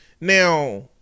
Now